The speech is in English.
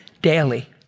daily